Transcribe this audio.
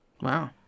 Wow